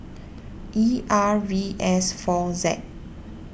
E R V S four Z